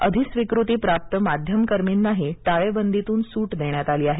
अधिस्वीकृतीप्राप्त माध्यमकर्मीनाही टाळेबंदीतून सूट देण्यात आली आहे